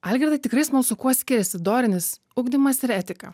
algirdai tikrai smalsu kuo skiriasi dorinis ugdymas ir etika